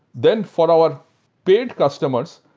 then for our paid customers,